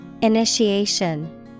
Initiation